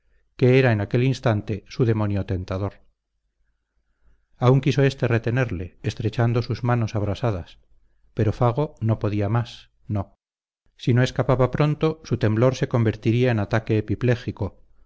que era en aquel instante su demonio tentador aún quiso éste retenerle estrechando sus manos abrasadas pero fago no podía más no si no escapaba pronto su temblor se convertiría en ataque epiléptico